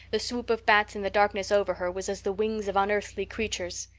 the swoop of bats in the darkness over her was as the wings of unearthly creatures.